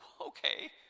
okay